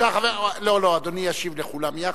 לא, אדוני ישיב לכולם יחד.